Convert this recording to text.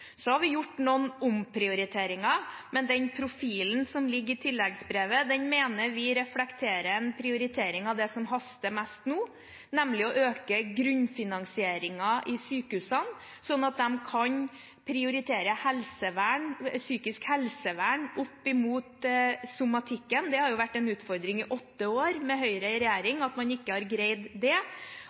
Så har vi gjort noen omprioriteringer, men den profilen som ligger i tilleggsbrevet, mener vi reflekterer en prioritering av det som haster mest nå, nemlig å øke grunnfinansieringen i sykehusene, sånn at de kan prioritere psykisk helsevern opp mot somatikken. Det har jo vært en utfordring i åtte år med Høyre i regjering at man ikke har greid det.